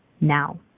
now